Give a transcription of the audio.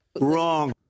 Wrong